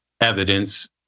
evidence